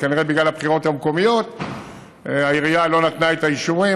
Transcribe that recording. וכנראה בגלל הבחירות המקומיות העירייה לא נתנה את האישורים.